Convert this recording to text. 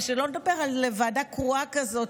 ושלא לדבר על ועדה קרואה כזאת,